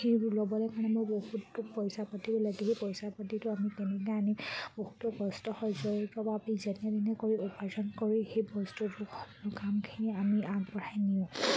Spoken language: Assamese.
সেইবোৰ ল'বলৈ কাৰণে বহুতো পইচা পাতিও লাগিব পইচা পাতিটো আমি কেনেকৈ আনিম বহুতো কষ্ট সহ্য কৰি ক'ৰবাৰ পৰা যেনেতেনে কৰি উপাৰ্জন কৰি সেই বস্তুটো কামখিনি আমি আগবঢ়াই নিওঁ